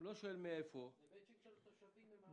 לא שואל מאיפה -- זה מאצ'ינג של התושבים עם הארנונה.